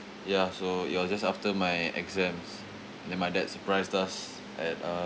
ya so it was just after my exams then my dad surprised us at uh